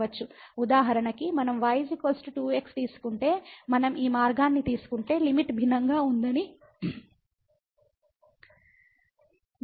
ఉదాహరణకు మనం y 2x తీసుకుంటే మనం ఈ మార్గాన్ని తీసుకుంటే లిమిట్ భిన్నంగా ఉందని మళ్ళీ చూస్తాము